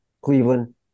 Cleveland